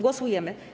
Głosujemy.